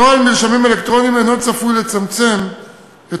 נוהל מרשמים אלקטרוניים אינו צפוי לצמצם את